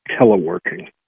teleworking